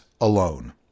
alone